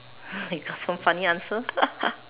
I got no funny answer